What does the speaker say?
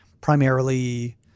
primarily